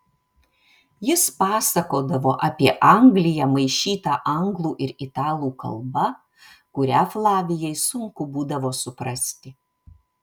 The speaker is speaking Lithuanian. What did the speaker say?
jis pasakodavo apie angliją maišyta anglų ir italų kalba kurią flavijai sunku būdavo suprasti